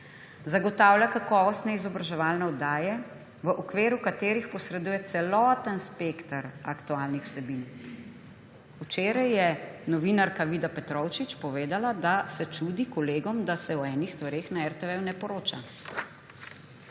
zagotavlja kakovostne izobraževalne oddaje, v okviru katerih posreduje celoten spekter aktualnih vsebin.« Včeraj je novinarka Vida Petrovčič povedala, da se čudi kolegom, da se o enih stvareh na RTV ne poroča.